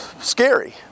scary